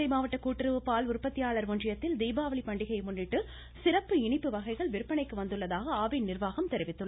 தஞ்சை மாவட்ட கூட்டுறவு பால் உற்பத்தியாளர் ஒன்றியத்தில் தீபாவளி பண்டிகையை முன்னிட்டு சிறப்பு இனிப்பு வகைகள் விற்பனைக்கு வந்துள்ளதாக ஆவின் நிர்வாகம் தெரிவித்துள்ளது